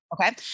Okay